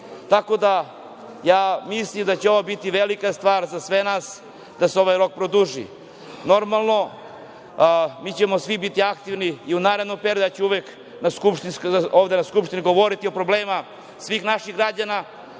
životinje. Mislim da će ovo biti velika stvar za sve nas da se ovaj rok produži. Normalno, mi ćemo svi biti aktivni i u narednom periodu ću uvek na Skupštini govoriti o problemima svih naših građana,